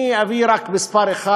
אני אביא רק מספר אחד.